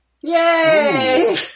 Yay